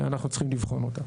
אנחנו צריכים לבחון אותה.